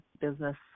business